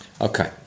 Okay